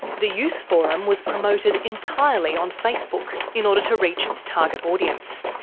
the youth forum was promoted entirely on facebook, in order to reach its target audience.